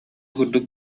курдук